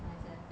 nice eh